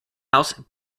house